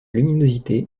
luminosité